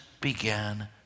began